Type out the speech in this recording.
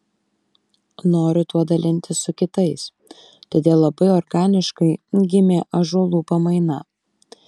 noriu tuo dalintis su kitais todėl labai organiškai gimė ąžuolų pamaina